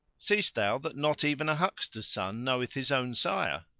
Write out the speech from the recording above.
seest thou that not even a huckster's son knoweth his own sire?